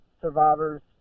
survivors